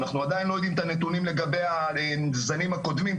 אנחנו עדיין לא יודעים את הנתונים לגבי הזנים הקודמים,